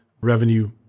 revenue